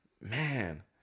man